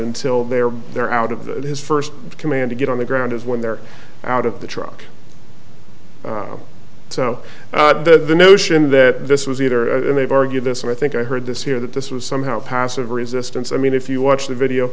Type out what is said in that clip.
until they are they're out of the his first command to get on the ground is when they're out of the truck so the notion that this was either and they've argued this and i think i heard this here that this was somehow passive resistance i mean if you watch the video